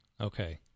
Okay